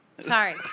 Sorry